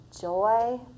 joy